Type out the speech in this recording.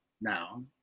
now